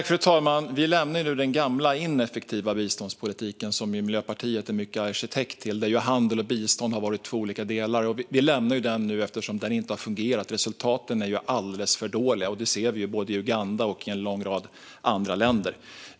Fru talman! Vi lämnar nu den gamla och ineffektiva biståndspolitiken, som Miljöpartiet till stor del är arkitekt till. Där har handel och bistånd varit två olika delar. Vi lämnar nu den eftersom den inte har fungerat. Resultaten är alldeles för dåliga. Det ser vi både i Uganda och i en lång rad andra länder.